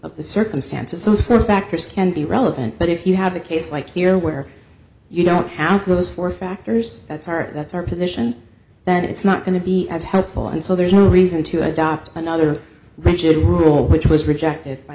of the circumstances so support factors can be relevant but if you have a case like here where you don't have those four factors at heart that's our position that it's not going to be as helpful and so there's no reason to adopt another rigid rule which was rejected by